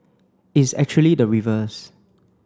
it's actually the reverse